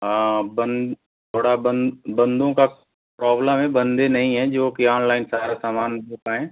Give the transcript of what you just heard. हाँ बन थोड़ा बन बंदों का प्रॉब्लम है बंदे नहीं हैं जोकि ऑनलाइन सारा सामान दे पाएँ